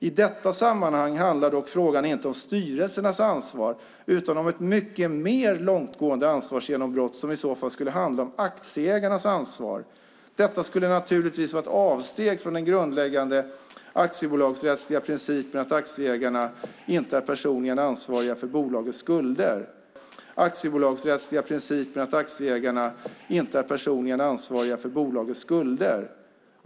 I detta sammanhang handlar dock frågan inte om styrelsernas ansvar utan om ett mycket mer långtgående ansvarsgenombrott som i så fall skulle handla om aktieägarnas ansvar. Detta skulle naturligtvis vara ett avsteg från den grundläggande aktiebolagsrättsliga principen att aktieägarna inte är personligen ansvariga för bolagets skulder.